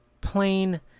plain